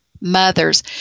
mothers